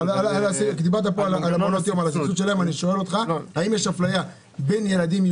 הסבסוד- -- האם יש אפליה או אין?